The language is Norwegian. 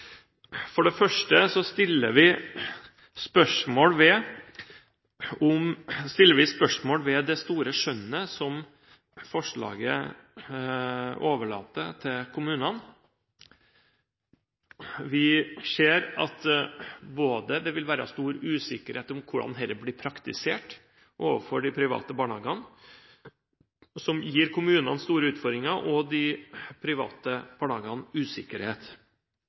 For det første stiller vi spørsmål ved det store skjønnet som forslaget overlater til kommunene. Vi ser at det vil være stor usikkerhet om hvordan dette blir praktisert overfor de private barnehagene. Dette gir kommunene store utfordringer og de private barnehagene usikkerhet